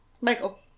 Michael